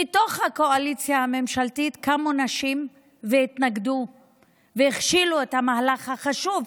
מתוך הקואליציה הממשלתית קמו נשים והתנגדו והכשילו את המהלך החשוב,